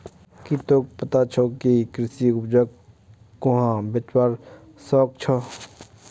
की तोक पता छोक के कृषि उपजक कुहाँ बेचवा स ख छ